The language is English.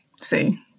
see